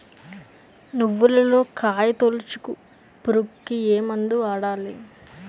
నువ్వులలో కాయ తోలుచు పురుగుకి ఏ మందు వాడాలి?